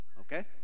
okay